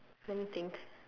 let me think